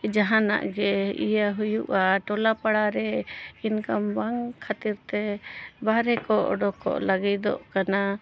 ᱡᱟᱦᱟᱱᱟᱜ ᱜᱮ ᱤᱭᱟᱹ ᱦᱩᱭᱩᱜᱼᱟ ᱴᱚᱞᱟ ᱯᱟᱲᱟᱨᱮ ᱤᱱᱠᱟᱢ ᱵᱟᱝ ᱠᱷᱟᱹᱛᱤᱨ ᱛᱮ ᱵᱟᱦᱨᱮ ᱠᱚ ᱩᱰᱩᱠᱚᱜ ᱞᱟᱹᱜᱤᱫᱚᱜ ᱠᱟᱱᱟ